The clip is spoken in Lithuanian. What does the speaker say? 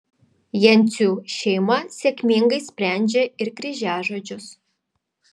jencių šeima sėkmingai sprendžia ir kryžiažodžius